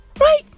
Right